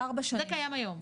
זה קיים היום?